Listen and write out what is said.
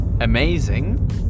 amazing